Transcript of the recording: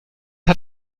hat